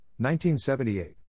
1978